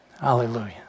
Hallelujah